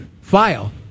file